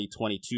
2022